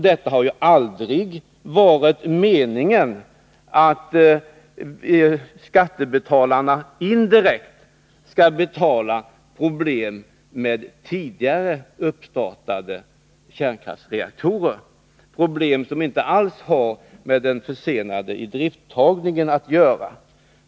Det har ju aldrig varit meningen att skattebetalarna indirekt skall betala för problem med tidigare uppstartade kärnkraftsreaktorer, problem som inte alls har med den försenade idrifttagningen att göra.